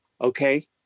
okay